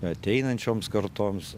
ateinančioms kartoms